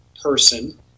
person